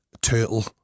turtle